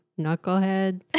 Knucklehead